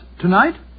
tonight